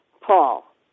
Paul